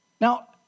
Now